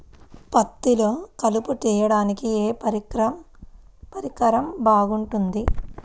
పత్తిలో కలుపు తీయడానికి ఏ పరికరం బాగుంటుంది?